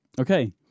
Okay